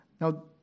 Now